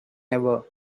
ever